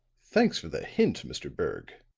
thanks for the hint, mr. berg.